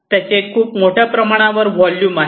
त्याचे खूप मोठ्या प्रमाणावर व्हॉल्यूम्स आहे